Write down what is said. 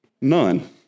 None